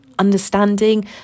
Understanding